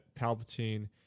Palpatine